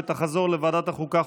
ותחזור לוועדת החוקה,